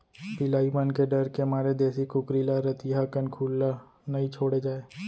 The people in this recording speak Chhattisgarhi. बिलाई मन के डर के मारे देसी कुकरी ल रतिहा कन खुल्ला नइ छोड़े जाए